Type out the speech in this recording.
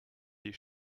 die